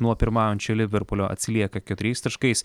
nuo pirmaujančio liverpulio atsilieka keturiais taškais